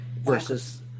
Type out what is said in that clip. versus